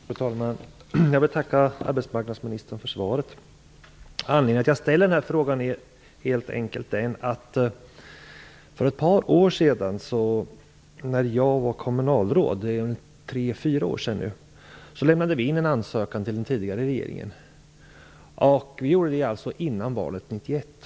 Fru talman! Jag vill tacka arbetsmarknadsministern för svaret. Anledningen till att jag ställer frågan är att vi i Västervik för tre fyra år sedan, när jag var kommunalråd, lämnade in en ansökan till den tidigare regeringen. Vi gjorde det alltså före valet 1991.